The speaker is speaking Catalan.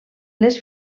les